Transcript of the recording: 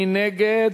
מי נגד?